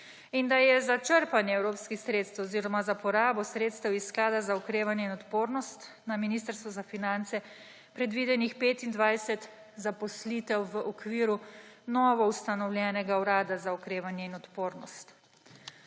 in da je za črpanje evropskih sredstev oziroma za porabo sredstev iz sklada za okrevanje in odpornost na Ministrstvu za finance predvidenih 25 zaposlitev v okviru novoustanovljenega Urada za okrevanje in odpornost.